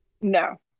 No